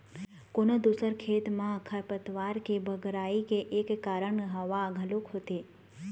कोनो दूसर खेत म खरपतवार के बगरई के एक कारन हवा घलोक होथे